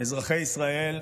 אזרחי ישראל,